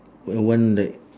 and one like